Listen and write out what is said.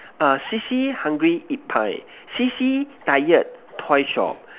err see see hungry eat pie see see tired toy shop